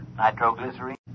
Nitroglycerin